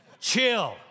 Chill